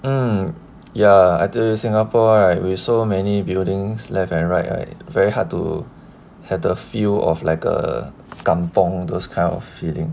um ya I tell you singapore right with so many buildings left and right right very hard to have a feel of like a kampung those kind of feeling